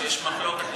כשיש מחלוקת,